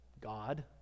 God